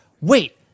wait